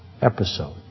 episode